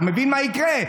אתה מבין מה יקרה?